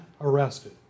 arrested